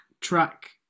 Track